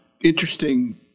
Interesting